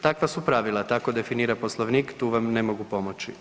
Takva su pravila, tako definira Poslovnik, tu vam ne mogu pomoći.